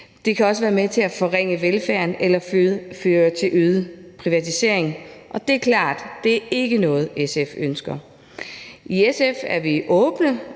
det kan også være med til at forringe velfærden eller føre til øget privatisering, og det er klart, at det ikke er noget, SF ønsker. I SF er vi åbne